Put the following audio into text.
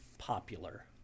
popular